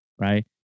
right